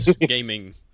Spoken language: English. gaming